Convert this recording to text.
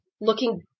looking